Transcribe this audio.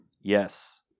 yes